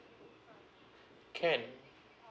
can